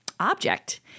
Object